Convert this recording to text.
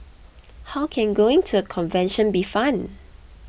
how can going to a convention be fun